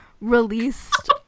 released